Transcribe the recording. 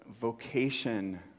vocation